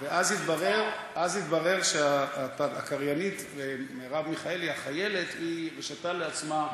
ואז התברר שהקריינית מרב מיכאלי החיילת הרשתה לעצמה להשתעל.